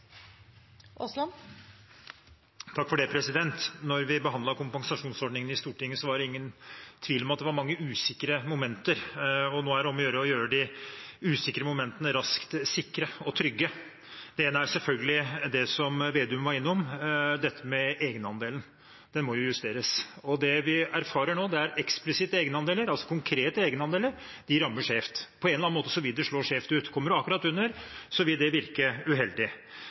vi behandlet kompensasjonsordningen i Stortinget, var det ingen tvil om at det var mange usikre momenter, og nå er det om å gjøre raskt å gjøre de usikre momentene sikre og trygge. Det ene er selvfølgelig det Slagsvold Vedum var innom, dette med egenandelen. Den må justeres. Det vi erfarer nå, er eksplisitt, konkret, at egenandeler rammer skjevt. På en eller annen måte vil det slå skjevt ut. Kommer man akkurat under, vil det virke uheldig.